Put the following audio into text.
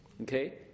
Okay